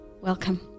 Welcome